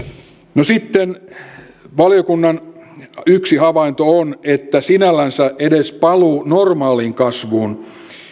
no sitten valiokunnan yksi havainto on että sinällänsä edes paluu normaaliin kasvuun